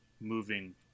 moving